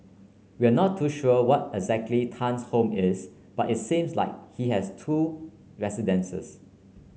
we are not too sure where exactly Tan's home is but it seems like he has two residences